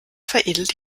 veredelt